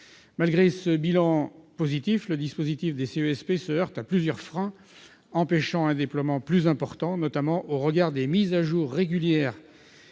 Malgré ce bilan positif, le dispositif des CESP se heurte à plusieurs freins empêchant un déploiement plus important, notamment au regard des mises à jour régulières